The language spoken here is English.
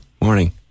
Morning